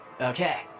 Okay